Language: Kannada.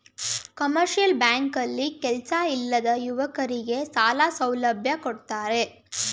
ಕಮರ್ಷಿಯಲ್ ಬ್ಯಾಂಕ್ ಗಳು ಕೆಲ್ಸ ಇಲ್ಲದ ಯುವಕರಗೆ ಸಾಲ ಸೌಲಭ್ಯ ಕೊಡ್ತಾರೆ